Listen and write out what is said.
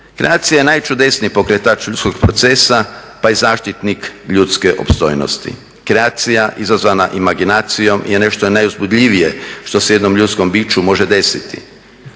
Kreacija je najčudesniji pokretač ljudskog procesa pa i zaštitnih ljudske opstojnosti. Kreacija izazvana imaginacijom je nešto najuzbudljivije što se jednom ljudskom biću može desiti.